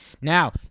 Now